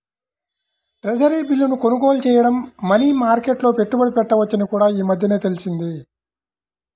treasury బిల్లును కొనుగోలు చేయడం మనీ మార్కెట్లో పెట్టుబడి పెట్టవచ్చని కూడా ఈ మధ్యనే తెలిసింది